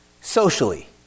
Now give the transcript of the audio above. Socially